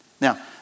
Now